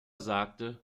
sagte